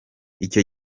icyo